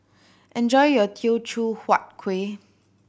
enjoy your Teochew Huat Kuih